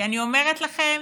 אני אומרת לכם,